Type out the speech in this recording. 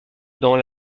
dans